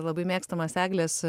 labai mėgstamas eglės